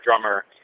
drummer